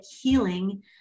healing